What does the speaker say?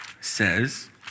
says